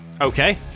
Okay